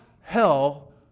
hell